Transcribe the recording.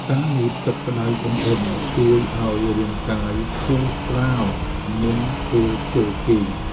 ការងូតទឹកក្ដៅអ៊ុនៗជួយឱ្យរាងកាយធូរស្រាលមុនពេលចូលគេង។